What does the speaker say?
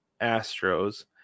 Astros